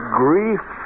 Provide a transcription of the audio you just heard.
grief